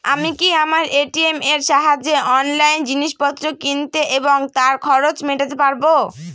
আমি কি আমার এ.টি.এম এর সাহায্যে অনলাইন জিনিসপত্র কিনতে এবং তার খরচ মেটাতে পারব?